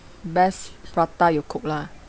best prata you cook lah